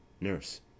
nurse